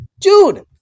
Dude